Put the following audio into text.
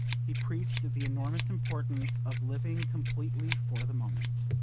he preached the enormous importance of living completely for the moment.